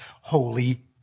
holy